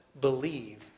believe